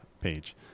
page